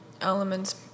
elements